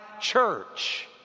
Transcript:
church